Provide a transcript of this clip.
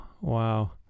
Wow